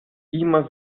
immer